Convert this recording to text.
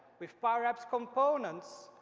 with powerapps components,